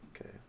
Okay